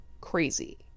crazy